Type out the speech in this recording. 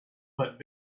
but